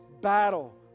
battle